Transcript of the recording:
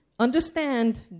Understand